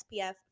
SPF